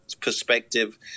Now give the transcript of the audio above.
perspective